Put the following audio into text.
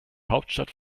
hauptstadt